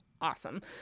awesome